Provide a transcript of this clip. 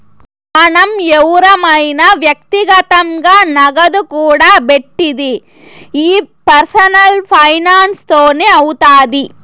మనం ఎవురమైన వ్యక్తిగతంగా నగదు కూడబెట్టిది ఈ పర్సనల్ ఫైనాన్స్ తోనే అవుతాది